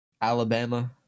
Alabama